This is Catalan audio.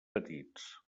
petits